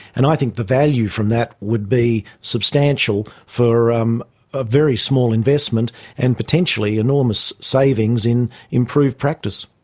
and i think the value from that would be substantial for um a very small investment and potentially enormous savings in improved practice.